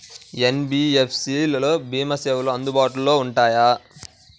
NBFC లలో భీమా సేవలు అందుబాటులో ఉంటాయా?